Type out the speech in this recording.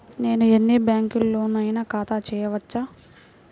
నేను ఎన్ని బ్యాంకులలోనైనా ఖాతా చేయవచ్చా?